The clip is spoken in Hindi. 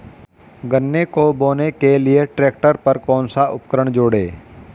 गन्ने को बोने के लिये ट्रैक्टर पर कौन सा उपकरण जोड़ें?